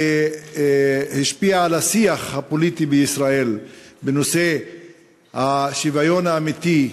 שהשפיעה על השיח הפוליטי בישראל בנושא השוויון האמיתי,